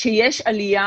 יש עלייה